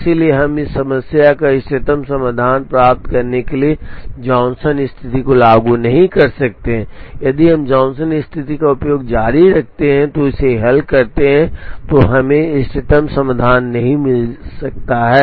इसलिए हम इस समस्या का इष्टतम समाधान प्राप्त करने के लिए जॉनसन स्थिति को लागू नहीं कर सकते हैं यदि हम जॉनसन स्थिति का उपयोग जारी रखते हैं और इसे हल करते हैं तो हमें इष्टतम समाधान नहीं मिल सकता है